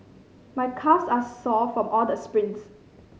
my calves are sore from all the sprints